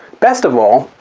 best of all,